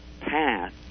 path